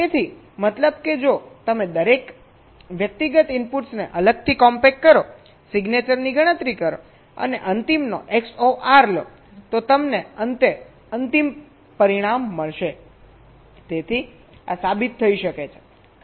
તેથી મતલબ કે જો તમે દરેક વ્યક્તિગત ઇનપુટ્સને અલગથી કોમ્પેક્ટ કરો સિગ્નેચરની ગણતરી કરો અને અંતિમનો XOR લો તો તમને અંતે અંતિમ પરિણામ મળશે તેથી આ સાબિત થઈ શકે છે